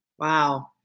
Wow